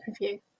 review